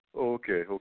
Okay